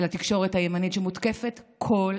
על התקשורת הימנית שמותקפת כל הזמן,